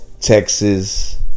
Texas